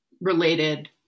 related